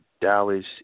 Dallas